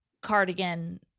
cardigan